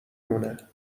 مونه